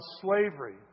slavery